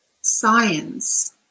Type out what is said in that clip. science